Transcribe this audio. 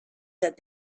that